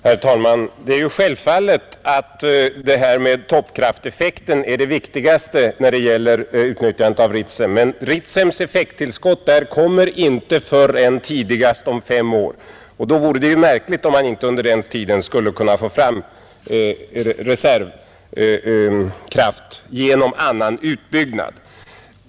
Herr talman! Det är självfallet att detta med toppkrafteffekten är det viktigaste när det gäller utnyttjandet av Ritsem. Men Ritsems effekttillskott där kommer inte förrän tidigast om fem år, och det vore ju märkligt om man inte under den tiden skulle kunna få fram reservkraft genom annan utbyggnad.